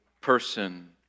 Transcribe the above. person